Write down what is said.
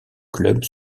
clubs